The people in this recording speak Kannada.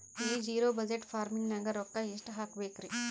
ಈ ಜಿರೊ ಬಜಟ್ ಫಾರ್ಮಿಂಗ್ ನಾಗ್ ರೊಕ್ಕ ಎಷ್ಟು ಹಾಕಬೇಕರಿ?